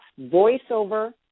VoiceOver